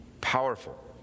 Powerful